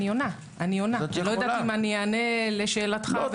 לא יודעת אם אני אענה לשאלתך ולציפיותיך.